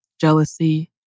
jealousy